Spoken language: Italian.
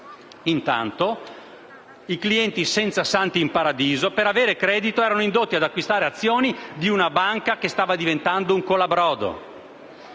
Intanto, i clienti senza santi in paradiso, per avere credito, erano indotti ad acquistare azioni di una banca che stava diventando un colabrodo.